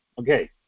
Okay